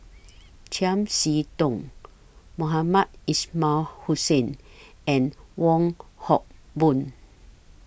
Chiam See Tong Mohamed Ismail Hussain and Wong Hock Boon